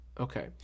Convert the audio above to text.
Okay